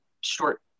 short